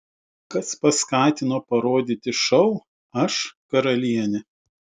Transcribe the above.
kas paskatino parodyti šou aš karalienė